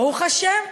ברוך השם,